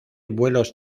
vuelos